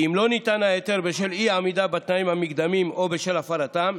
יובהר כי אם לא ניתן ההיתר בשל אי-עמידה בתנאים המקדמיים או בשל הפרתם,